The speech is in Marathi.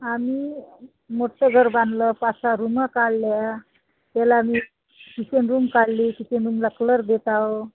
आम्ही मोठ्ठं घर बांधलं पाचसहा रूमा काढल्या त्याला आम्ही किचन रूम काढली किचन रूमला कलर देत आहो